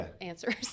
answers